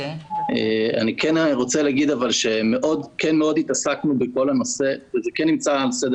אני כן רוצה לומר שזה כן נמצא על סדר